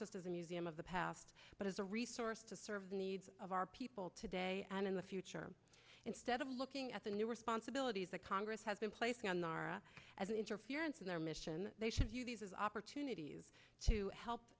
just as a museum of the past but as a resource to serve the needs of our people today and in the future instead of looking at the new responsibilities that congress has been placing on nara as an interference in their mission they should view these as opportunities to help